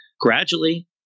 gradually